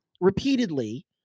repeatedly